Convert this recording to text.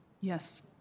Yes